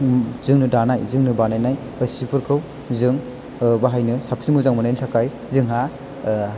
जोंनो दानाय जोंनो बानायनाय सिफोरखौ जों बाहायनो साबसिन मोजां मोननायनि थाखाय जोंहा